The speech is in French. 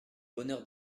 bonheur